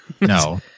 No